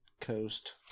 Coast